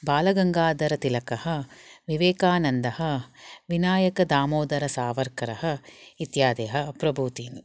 बाल गङ्गाधर तिलकः विवेकानन्दः विनायक दामोदर सावर्करः इत्यादयः प्रभूतिनी